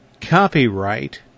copyright